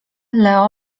leo